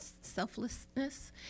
selflessness